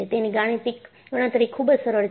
તેની ગાણિતિક ગણતરી ખૂબ જ સરળ છે